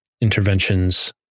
interventions